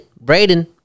Braden